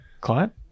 client